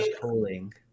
pulling